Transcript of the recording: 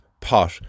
pot